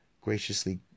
graciously